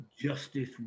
justice